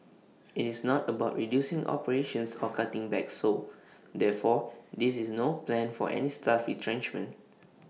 IT is not about reducing operations or cutting back so therefore there is no plan for any staff retrenchments